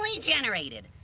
generated